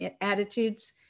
attitudes